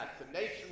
assassination